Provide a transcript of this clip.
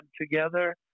together